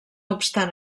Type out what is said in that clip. obstant